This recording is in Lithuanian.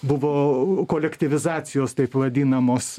buvo kolektyvizacijos taip vadinamos